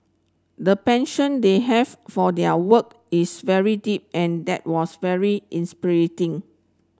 the passion they have for their work is very deep and that was very